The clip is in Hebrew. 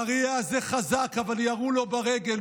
האריה הזה חזק, אבל ירו לו ברגל.